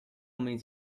means